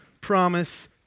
promise